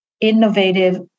innovative